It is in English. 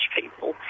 people